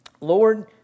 Lord